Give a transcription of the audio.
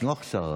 ייתנו הכשרה,